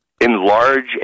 enlarge